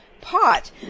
pot